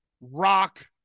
Rock